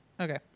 Okay